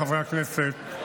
חברי הכנסת,